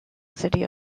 city